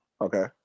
okay